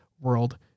World